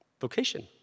Vocation